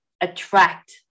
attract